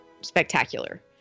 spectacular